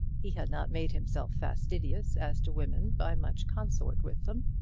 he had not made himself fastidious as to women by much consort with them,